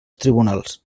tribunals